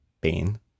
pain